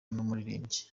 n’umuririmbyi